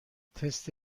تست